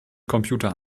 computer